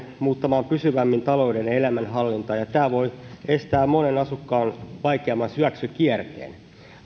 muuttamaan pysyvämmin talouden ja elämänhallintaa ja tämä voi estää monen asukkaan vaikeamman syöksykierteen